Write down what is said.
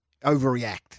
overreact